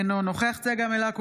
אינו נוכח צגה מלקו,